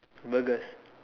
burgers